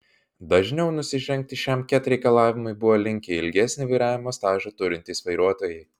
dažniau nusižengti šiam ket reikalavimui buvo linkę ilgesnį vairavimo stažą turintys vairuotojai